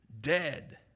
dead